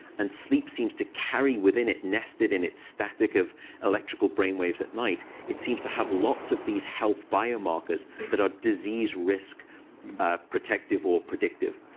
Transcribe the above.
and sleep seems to carry within it, nested in its static of electrical brainwaves at night, it seems to have lots of these health biomarkers that are disease risk protective or predictive.